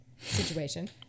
situation